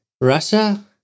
Russia